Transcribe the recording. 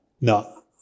no